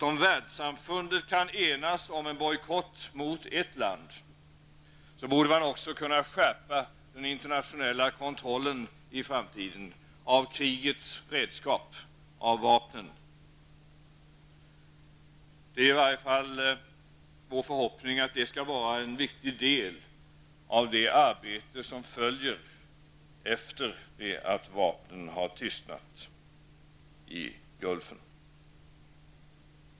Om världsamfundet kan enas om en bojkott mot ett land, borde man också kunna skärpa den internationella kontrollen i framtiden av krigets redskap, vapnen. Det är åtminstone vår förhoppning att det skall vara en viktig del av det arbete som följer efter det att vapnen har tystnat i Gulfen.